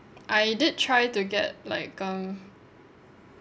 I did try to get like um